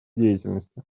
деятельности